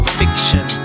fiction